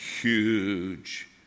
Huge